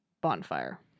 bonfire